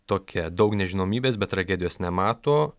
tokia daug nežinomybės bet tragedijos nemato